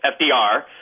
FDR